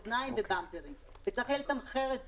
"אוזניים" ובמפרים וצריך יהיה לתמחר את זה.